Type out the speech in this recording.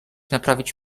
naprawić